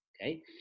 okay